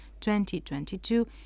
2022